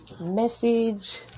message